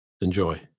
Enjoy